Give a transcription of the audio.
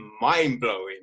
mind-blowing